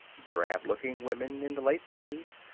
drab-looking women in the late thirties,